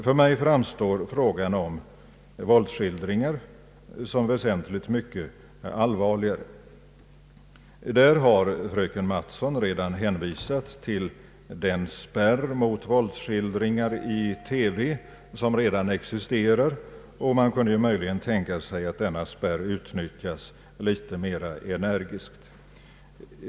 För mig framstår frågan om våldsskildringar som väsentligt allvarligare. Där har fröken Mattson redan hänvisat till den spärr mot våldsskildringar i TV, som redan existerar, och man kunde möjligen tänka sig att denna spärr utnyttjas litet mera energiskt.